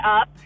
up